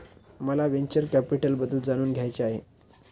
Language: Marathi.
मला व्हेंचर कॅपिटलबद्दल जाणून घ्यायचे आहे